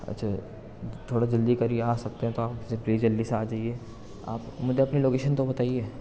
اچھا تھوڑا جلدی کریئے آ سکتے ہیں تو آپ جلدی سے آ جائیے آپ مجھے اپنے لوکیشن تو بتائیے